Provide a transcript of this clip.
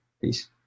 Peace